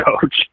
coach